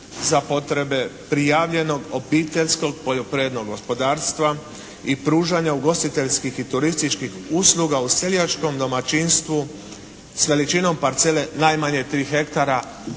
za potrebe prijavljenog obiteljskog poljoprivrednog gospodarstva i pružanja ugostiteljskih i turističkih usluga u seljačkom domaćinstvu s veličinom parcele najmanje tri hektara